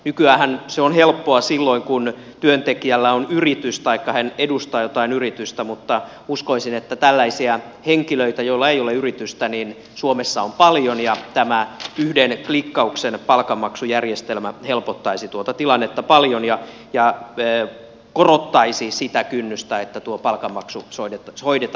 nykyäänhän se on helppoa silloin kun työntekijällä on yritys taikka hän edustaa jotain yritystä mutta uskoisin että tällaisia henkilöitä joilla ei ole yritystä suomessa on paljon ja tämä yhden klikkauksen palkanmaksujärjestelmä helpottaisi tuota tilannetta paljon ja korottaisi sitä kynnystä että tuo palkanmaksu hoidetaan pimeästi